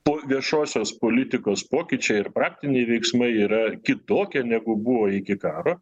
po viešosios politikos pokyčiai ir praktiniai veiksmai yra kitokie negu buvo iki karo